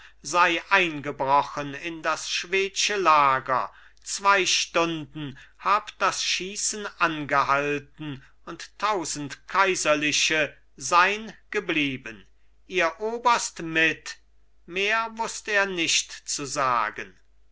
sei eingebrochen in das schwedsche lager zwei stunden hab das schießen angehalten und tausend kaiserliche sein geblieben ihr oberst mit mehr wußt er nicht zu sagen